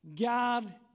God